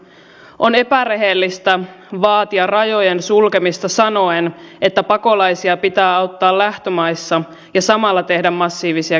on epärehellistä vaatia rajojen sulkemista sanoen että pakolaisia pitää auttaa lähtömaissa ja samalla tehdä massiivisia kehitysyhteistyöleikkauksia